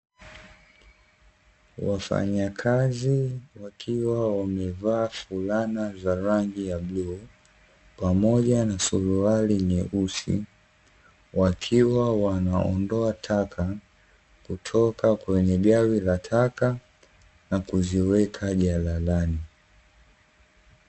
Wafanyakazi wakiwa wamevaa fulana za rangi ya bluu, pamoja na suruali nyeusi. Wakiwa wanaondoa taka kutoka kwenye gari la taka na kuziweka jalalani.